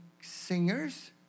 singers